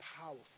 powerful